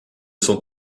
sont